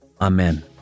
Amen